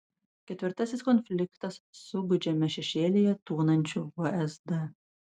ketvirtasis konfliktas su gūdžiame šešėlyje tūnančiu vsd